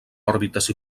òrbites